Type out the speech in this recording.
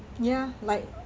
ya like